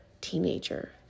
teenager